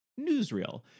newsreel